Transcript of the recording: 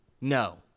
No